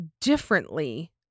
differently